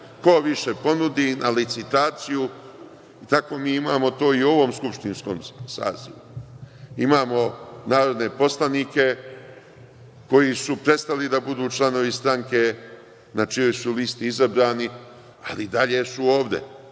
ko više ponudi na licitaciju, tako imamo i u ovom skupštinskom sazivu. Imamo narodne poslanike koji su prestali da budu članovi stranke na čijoj su listi izabrani, a i dalje su ovde,